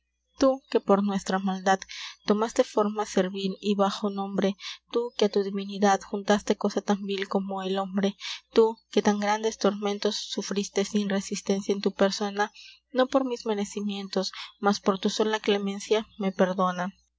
tu que por nuestra maldad tomaste forma seruil y baxo nombre tu que a tu diuinidad juntaste cosa tan vil como el hombre tu que tan grandes tormentos sofriste sin resistenia en tu persona no por mis mereimientos mas por tu sola clemenia me perdona